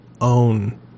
own